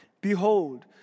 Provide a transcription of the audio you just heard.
Behold